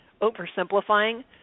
oversimplifying